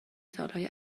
سالهای